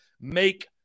make